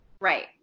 Right